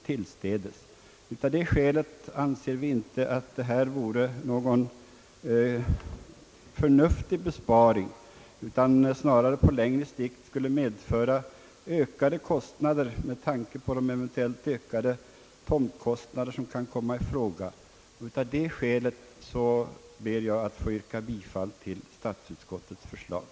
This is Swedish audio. Därför anser vi inte att reservanternas förslag innebär en förnuftig besparing, utan snarare på längre sikt skulle medföra ökade kostnader på grund av eventuellt höjda tomtpriser. Av det skälet ber jag, herr talman, få yrka bifall till statsutskottets förslag.